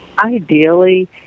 Ideally